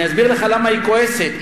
אני אסביר לך למה היא כועסת,